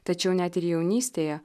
tačiau net ir jaunystėje